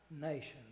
nation